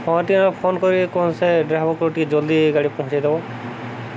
ହଁ ଟିକେ ଫୋନ୍ କରିକି କୁହନ୍ତୁ ସେ ଡ୍ରାଇଭରକୁ ଟିକେ ଜଲଦି ଗାଡ଼ି ପହଞ୍ଚେଇଦବ